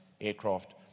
aircraft